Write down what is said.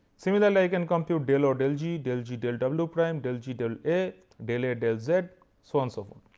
similarly, i can compute del o del g, del g del w prime, del g del a. del a del z so on so forth.